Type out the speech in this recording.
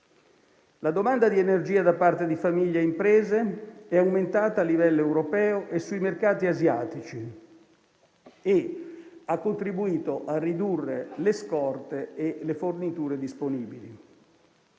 La domanda di energia da parte di famiglie e imprese è aumentata a livello europeo e sui mercati asiatici e ha contribuito a ridurre le scorte e le forniture disponibili.